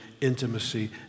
intimacy